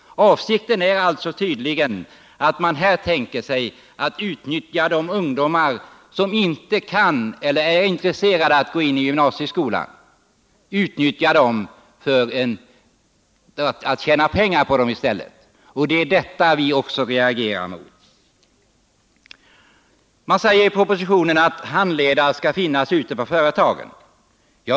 Avsikten är tydligen att man skall utnyttja de ungdomar som inte kan eller är intresserade av att gå in i gymnasieskolan för att tjäna pengar på dem. Detta reagerar vi också emot. Man säger i propositionen att handledare skall finnas ute på företagen.